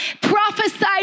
prophesied